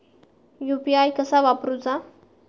UPI कसा वापरूचा?